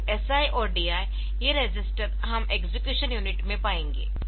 तो SI और DI ये रजिस्टर हम एक्सेक्युशनयूनिट में पाएंगे